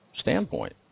standpoint